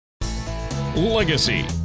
Legacy